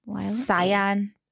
Cyan